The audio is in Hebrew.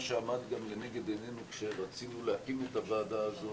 מה שעמד גם לנגד עינינו כשרצינו להקים את הוועדה הזו,